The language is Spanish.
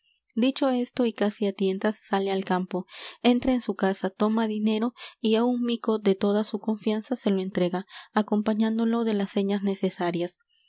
comparada dicho esto y casi á tientas sale al campo entra en su casa toma dinero y á un mico de toda su confianza se lo entrega acompañándolo de las señas necesarias